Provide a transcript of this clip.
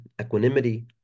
equanimity